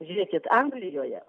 žiūrėkit anglijoje